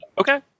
Okay